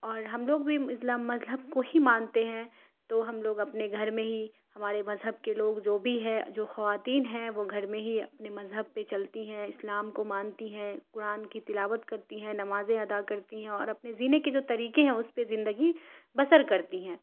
اور ہم لوگ بھی اسلام مذہب کو ہی مانتے ہیں تو ہم لوگ اپنے گھر میں ہی ہمارے مذہب کے لوگ جو بھی ہے جو خواتین ہیں وہ گھر میں ہی اپنے مذہب پہ چلتی ہیں اسلام کو مانتی ہیں قرآن کی تلاوت کرتی ہیں نمازیں ادا کرتی ہیں اور اپنے جینے کے جو طریقے ہیں اس پہ زندگی بسر کرتی ہیں